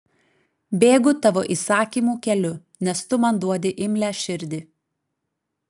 bėgu tavo įsakymų keliu nes tu man duodi imlią širdį